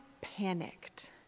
panicked